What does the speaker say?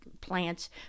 plants